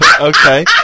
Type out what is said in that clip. Okay